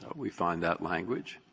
we find that language,